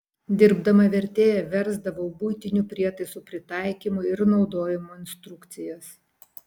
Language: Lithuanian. dirbdama vertėja versdavau buitinių prietaisų pritaikymo ir naudojimo instrukcijas